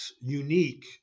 unique